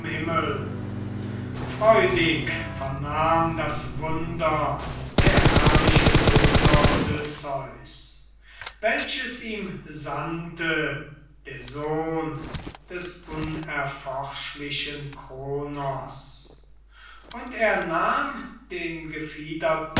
freudig vernahm das wunder der herrliche dulder odysseus welches ihm sandte der sohn des unerforschlichen kronos und er nahm den gefiederten